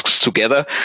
together